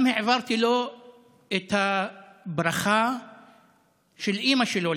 גם העברתי לו את הברכה של אימא שלו,